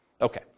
Okay